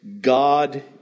God